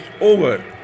over